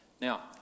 Now